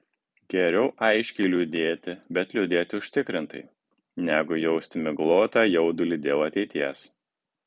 geriau aiškiai liūdėti bet liūdėti užtikrintai negu jausti miglotą jaudulį dėl ateities